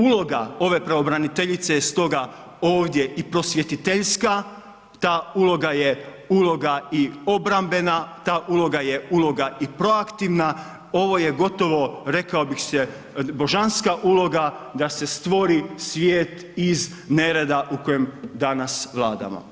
Uloga ove pravobraniteljice je stoga ovdje i prosvjetiteljska, ta uloga je uloga i obrambena, ta uloga je uloga i pro aktivna, ovo je gotovo rekao bih se božanska uloga da se stvori svijet iz nereda u kojem danas vladamo.